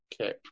Okay